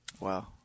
wow